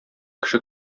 кеше